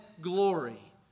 glory